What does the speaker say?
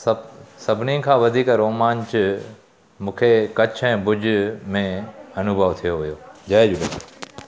सभु सभिनीनि खां वधीक रोमांच मूंखे कच्छ ऐं भुज में अनुभव थियो हुओ जय झूलेलाल